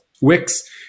Wix